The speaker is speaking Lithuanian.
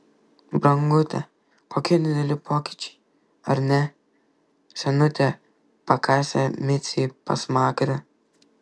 brangute kokie dideli pokyčiai ar ne senutė pakasė micei pasmakrę